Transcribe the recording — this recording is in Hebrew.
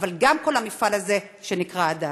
אבל גם כל המפעל הזה שנקרא "הדסה".